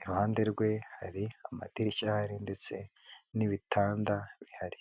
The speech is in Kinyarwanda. Iruhande rwe hari amadirishya ahari ndetse n'ibitanda bihari.